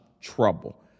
trouble